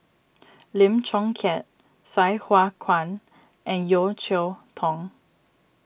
Lim Chong Keat Sai Hua Kuan and Yeo Cheow Tong